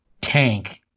tank